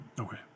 okay